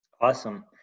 Awesome